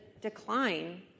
decline